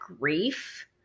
grief